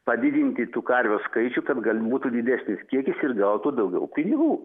padidinti tų karvio skaičių kad gal būtų didesnis kiekis ir gautų daugiau pinigų